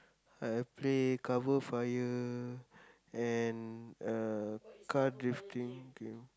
I play cover fire and uh car drifting game